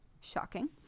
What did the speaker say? shocking